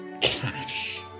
cash